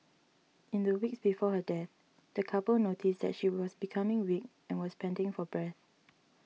in the weeks before her death the couple noticed that she was becoming weak and was panting for breath